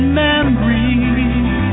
memories